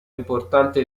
importante